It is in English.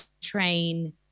train